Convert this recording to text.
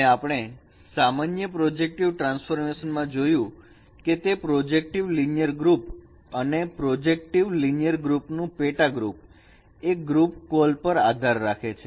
અને આપણે સામાન્ય પ્રોજેક્ટિવ ટ્રાન્સફોર્મેશન માં જોયું કે તે પ્રોજેક્ટિવ લિનિયર ગ્રુપ અને પ્રોજેક્ટિવ લિનિયર ગ્રુપ નું પેટા ગ્રુપ એ ગ્રુપ કોલ પર આધાર રાખે છે